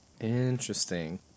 Interesting